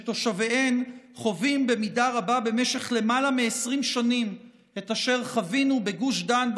שתושביהן חווים במידה רבה במשך למעלה מ-20 שנים את אשר חווינו בגוש דן,